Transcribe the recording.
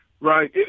Right